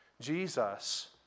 Jesus